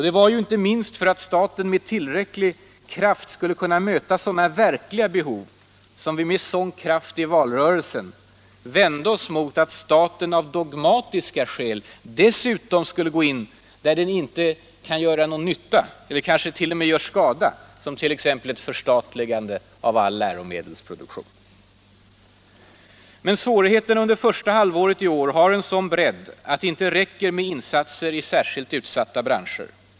Det var ju inte minst för att staten med tillräcklig kraft skulle kunna Allmänpolitisk debatt Allmänpolitisk debatt möta sådana verkliga behov som vi med sådan kraft i valrörelsen vände oss mot att staten av dogmatiska skäl dessutom skulle gå in där man inte kan göra någon nytta eller där den kanske t.o.m. gör skada, som t.ex. vid ett förstatligande av all läromedelsproduktion. Men svårigheterna under första halvåret i år har en sådan bredd att det inte räcker med insatser i särskilt utsatta branscher.